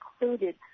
included